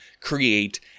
create